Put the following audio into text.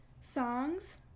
songs